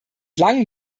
langem